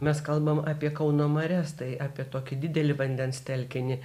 mes kalbam apie kauno marias tai apie tokį didelį vandens telkinį